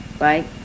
right